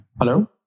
Hello